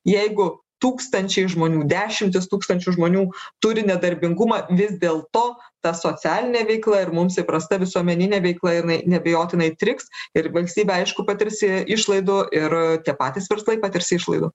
jeigu tūkstančiai žmonių dešimtys tūkstančių žmonių turi nedarbingumą vis dėlto ta socialinė veikla ir mums įprasta visuomeninė veikla jinai neabejotinai triks ir valstybė aišku patirs išlaidų ir tie patys verslai patirs išlaidų